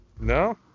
No